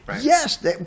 Yes